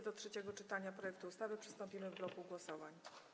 Do trzeciego czytania projektu ustawy przystąpimy w bloku głosowań.